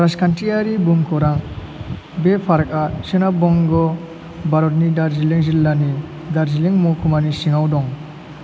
राजखान्थियारि भुमखौरां बे पार्कआ सोनाब बंग' भारतनि दार्जिलिं जिल्लानि दार्जिलिं महकुमानि सिङाव दं